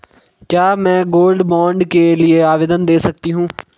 क्या मैं gold bond के लिए आवेदन दे सकती हूँ?